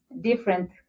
different